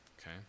okay